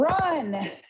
run